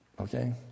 Okay